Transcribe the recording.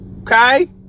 okay